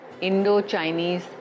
Indo-Chinese